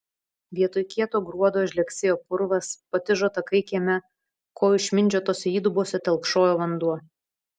vietoj kieto gruodo žlegsėjo purvas patižo takai kieme kojų išmindžiotose įdubose telkšojo vanduo